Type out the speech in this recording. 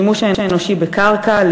לשימוש האנושי בקרקע,